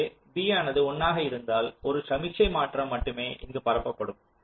எனவே b ஆனது 1 ஆக இருந்தால் ஒரு சமிக்ஞை மாற்றம் மட்டுமே இங்கு பரப்பப்படும்